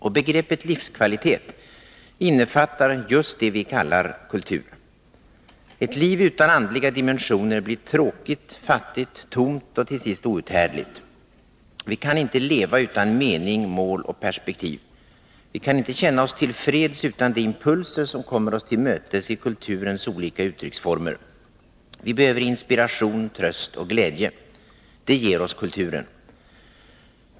Och begreppet livskvalitet innefattar just det vi kallar kultur. Ett liv utan andliga dimensioner blir tråkigt, fattigt, tomt och till sist outhärdligt. Vi kan inte leva utan mening, mål och perspektiv. Vi kan inte känna oss till freds utan de impulser som kommer oss till mötes i kulturens olika uttrycksformer. Vi behöver inspiration, tröst och glädje. Det ger oss kulturen.